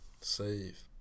Save